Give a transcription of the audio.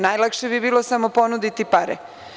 Najlakše bi bilo samo ponuditi pare.